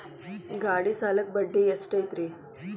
ಗಾಡಿ ಸಾಲಕ್ಕ ಬಡ್ಡಿ ಎಷ್ಟೈತ್ರಿ?